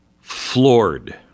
floored